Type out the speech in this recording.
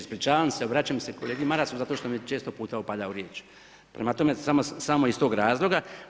Ispričavam se, obraćam se kolegi Marasu zato što mi često puta upada u riječ, prema tome, samo iz tog razloga.